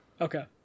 Okay